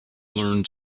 learned